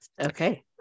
Okay